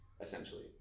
essentially